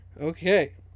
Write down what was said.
Okay